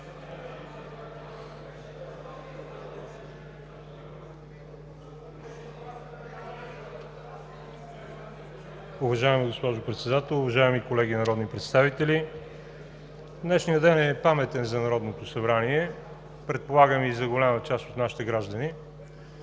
Уважаема госпожо Председател, уважаеми колеги народни представители! Днешният ден е паметен за Народното събрание, предполагам, и за голяма част от нашите граждани.